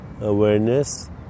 awareness